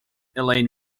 elaine